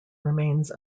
remains